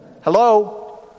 Hello